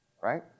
Right